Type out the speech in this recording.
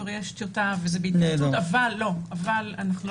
כבר יש טיוטה וזה בהתייעצות אבל אנחנו לא